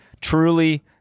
truly